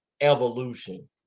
evolution